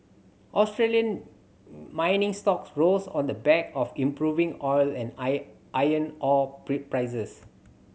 Australian mining stocks rose on the back of improving oil and iron ore prices